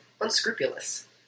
unscrupulous